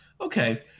Okay